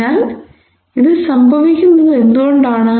അതിനാൽ ഇത് സംഭവിക്കുന്നത് എന്തുകൊണ്ടാണ്